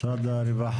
משרד הרווחה.